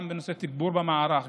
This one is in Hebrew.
וגם בנושא תגבור במערך,